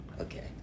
Okay